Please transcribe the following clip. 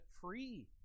free